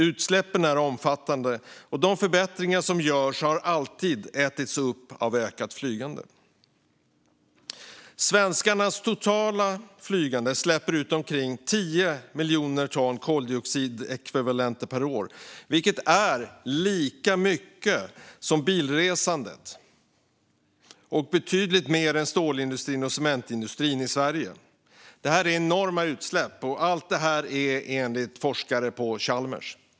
Utsläppen är omfattande, och de förbättringar som görs har alltid ätits upp av ökat flygande. Svenskarnas totala flygande släpper ut omkring 10 miljoner ton koldioxidekvivalenter per år, vilket är lika mycket som bilresandet och betydligt mer än stålindustrin och cementindustrin i Sverige, enligt forskare på Chalmers. Det är enorma utsläpp.